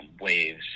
Waves